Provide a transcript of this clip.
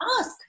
ask